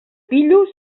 pillos